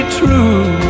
true